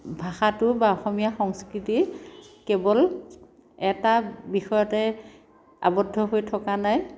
ভাষাটো বা অসমীয়া সংস্কৃতি কেৱল এটা বিষয়তে আৱদ্ধ হৈ থকা নাই